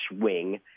wing